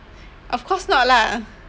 of course not lah